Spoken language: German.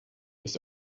ist